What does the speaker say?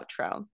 outro